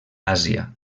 àsia